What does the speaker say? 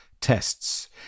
tests